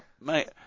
Mate